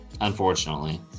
unfortunately